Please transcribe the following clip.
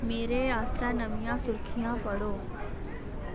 मेरे आस्तै नमियां सुर्खियां पढ़ो